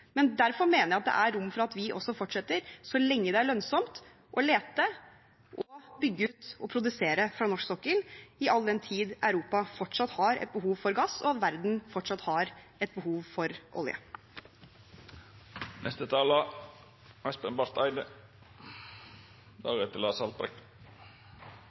Men derfor mener jeg det er rom for at vi fortsetter, så lenge det er lønnsomt, å lete, bygge ut og produsere fra norsk sokkel, i all den tid Europa fortsatt har et behov for gass og verden fortsatt har et behov for